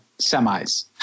semis